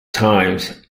times